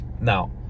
now